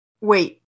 wait